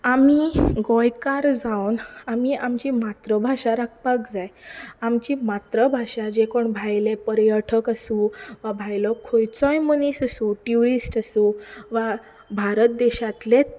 आमी गोंयकार जावन आमी आमची मातृभाशा राखपाक जाय आमची मातृभाशा जे कोण भायले पर्यटक आसूं वा भायलो खंयचोय मनीस आसूं ट्युरिस्ट आसूं वा भारत देशांतलेच